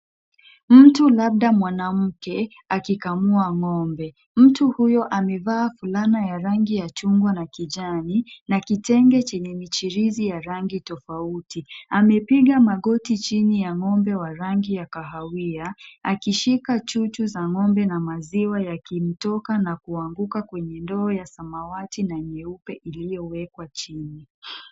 Mtu labda mwanamke, akikamua ng'ombe. Mtu huyo amevaa fulana ya rangi ya chungwa na kijani na kitenge chenye michirizi ya rangi tofauti. Amepiga magoti chini ya ng'ombe wa rangi ya kahawia, akishika chuchu za ng'ombe na maziwa yakimtoka na kuanguka kwenye ndoo ya samawati na nyeupe iliyowekwa chini.